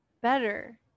better